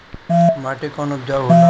माटी कौन उपजाऊ होला?